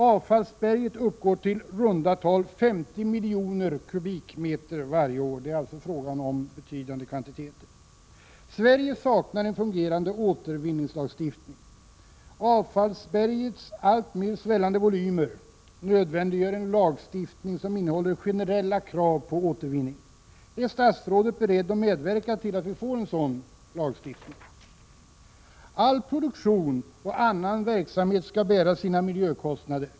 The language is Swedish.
Avfallsberget uppgår till i runda tal 50 miljoner kubikmeter varje år. Det är alltså fråga om betydande kvantiteter. Sverige saknar en fungerande lagstiftning om återvinning. Avfallsbergets alltmer svällande volymer nödvändiggör en lagstiftning som innehåller generella krav på återvinning. Är statsrådet beredd att medverka till att vi får en sådan lagstiftning? All produktion och annan verksamhet skall bära sina miljökostnader.